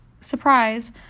surprise